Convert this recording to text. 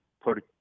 put